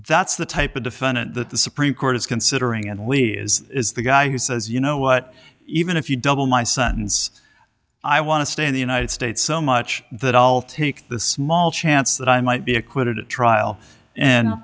that's the type of defendant that the supreme court is considering and we is is the guy who says you know what even if you double my son's i want to stay in the united states so much that i'll take the small chance that i might be acquitted at trial and